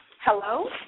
Hello